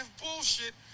bullshit